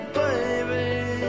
baby